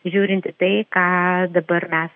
žiūrint į tai ką dabar mes